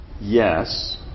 yes